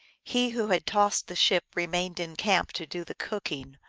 he who had tossed the ship remained in camp to do the cooking,